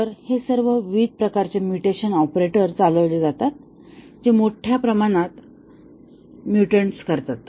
तर हे सर्व विविध प्रकारचे म्युटेशन ऑपरेटर चालवले जातात जे मोठ्या प्रमाणात म्युटंट्स करतात